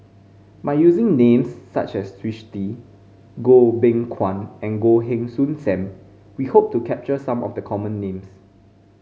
by using names such as Twisstii Goh Beng Kwan and Goh Heng Soon Sam we hope to capture some of the common names